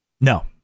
No